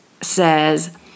says